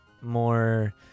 more